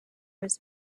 was